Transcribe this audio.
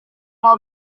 mau